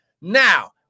Now